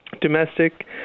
domestic